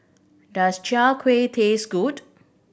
does Chai Kuih taste good